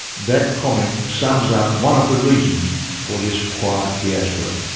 that comment sums up one of the reasons for this quiet diaspora.